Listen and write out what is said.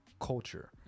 culture